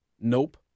Nope